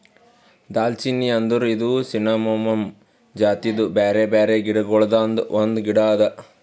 ದಾಲ್ಚಿನ್ನಿ ಅಂದುರ್ ಇದು ಸಿನ್ನಮೋಮಮ್ ಜಾತಿದು ಬ್ಯಾರೆ ಬ್ಯಾರೆ ಗಿಡ ಗೊಳ್ದಾಂದು ಒಂದು ಗಿಡ ಅದಾ